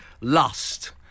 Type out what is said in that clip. Lust